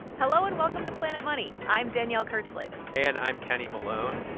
hello, and welcome to planet money. i'm danielle kurtzleben and i'm kenny malone.